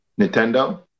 Nintendo